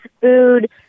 food